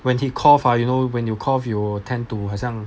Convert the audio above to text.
when he cough ah you know when you cough you will tend to 好像